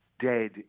dead